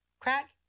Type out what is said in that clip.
Crack